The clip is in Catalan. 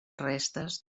restes